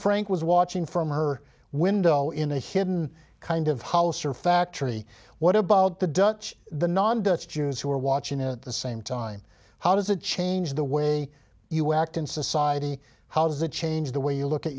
frank was watching from her window in a hidden kind of house or factory what about the dutch the non dutch jews who were watching at the same time how does it change the way you act in society how does it change the way you look at